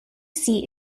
seat